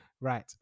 Right